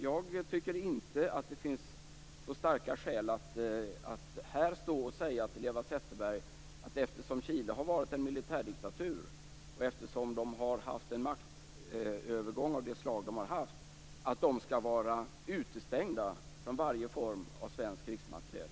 Jag tycker inte att det finns så starka skäl att här stå och säga till Eva Zetterberg att eftersom Chile har varit en militärdiktatur och eftersom de har haft en maktövergång av det slag de har haft skall de vara utestängda från varje form av svenskt krigsmateriel.